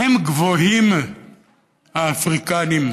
הם גבוהים, האפריקנים.